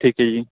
ਠੀਕ ਹੈ ਜੀ